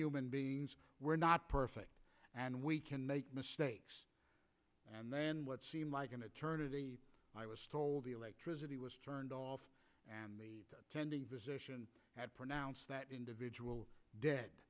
human beings we're not perfect and we can make mistakes and then what seemed like an eternity i was told the electricity was turned off and the attending physician had pronounced that individual dead